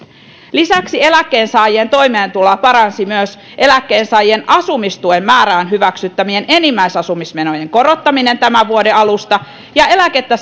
lisäksi eläkkeensaajien toimeentuloa paransi myös eläkkeensaajien asumistuen määrään hyväksyttävien enimmäisasumismenojen korottaminen tämän vuoden alusta ja eläkettä